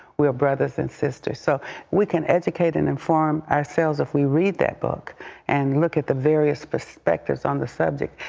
we are brothers and sisters. so we can educate and inform ourselves if we read the book and look at the various perspective on the subject.